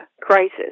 crisis